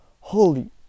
Holy